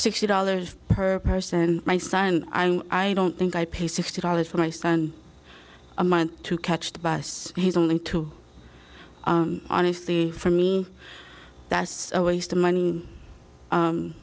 sixty dollars per person my sign i'm i don't think i pay sixty dollars for my son a month to catch the bus he's only to honestly for me that's a waste of money